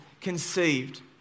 conceived